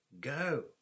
Go